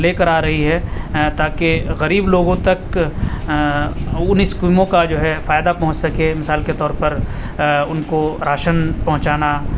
لے کر آ رہی ہے تاکہ غریب لوگوں تک ان اسکیموں کا جو ہے فائدہ پہنچ سکے مثال کے طور پر ان کو راشن پہنچانا